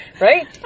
Right